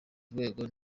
urwego